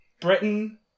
Britain